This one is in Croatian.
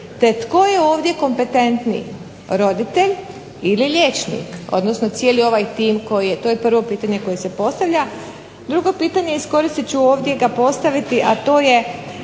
te tko je ovdje kompetentniji roditelj ili liječnik, odnosno cijeli tim, to je prvo pitanje koje se postavlja. Drugo pitanje, iskoristiti ću ovdje ga postaviti a to je